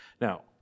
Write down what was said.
Now